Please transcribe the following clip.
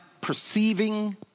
perceiving